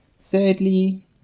Thirdly